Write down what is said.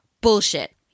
bullshit